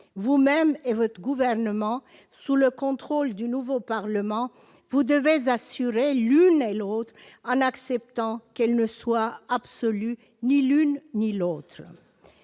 Vous-même et votre gouvernement, sous le contrôle du nouveau Parlement, vous devez assurer l'une et l'autre, en acceptant qu'elles ne soient absolues ni l'une ni l'autre.